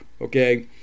okay